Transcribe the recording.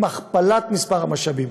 עם הכפלת המשאבים.